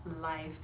life